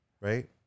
right